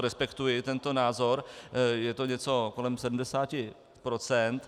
Respektuji tento názor, je to něco kolem 70 %.